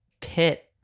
pit